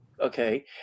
Okay